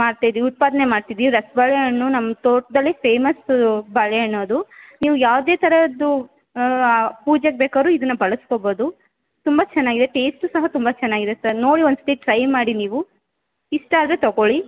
ಮಾಡ್ತಾ ಇದೀವಿ ಉತ್ಪಾದನೆ ಮಾಡ್ತಿದೀವಿ ರಸಬಾಳೆ ಹಣ್ಣು ನಮ್ಮ ತೋಟದಲ್ಲಿ ಫೇಮಸ್ಸು ಬಾಳೆಹಣ್ಣು ಅದು ನೀವು ಯಾವುದೇ ಥರಹದ್ದು ಪೂಜೆಗೆ ಬೇಕಾದ್ರು ಇದನ್ನ ಬಳಸ್ಕೋಬೋದು ತುಂಬ ಚೆನ್ನಾಗಿದೆ ಟೇಸ್ಟೂ ಸಹ ತುಂಬ ಚೆನ್ನಾಗಿದೆ ಸರ್ ನೋಡಿ ಒಂದು ಸರ್ತಿ ಟ್ರೈ ಮಾಡಿ ನೀವು ಇಷ್ಟ ಆದರೆ ತೊಗೋಳಿ